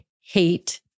hate